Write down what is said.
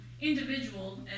individual